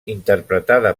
interpretada